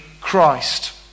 Christ